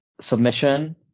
submission